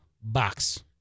box